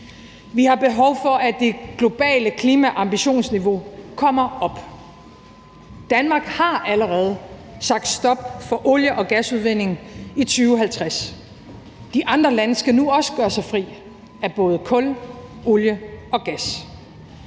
Vi har behov for, at det globale klimaambitionsniveau kommer op. Kl. 12:09 Danmark har allerede sagt stop for olie- og gasudvinding i 2050. De andre lande skal nu også gøre sig fri af både kul, olie og gas.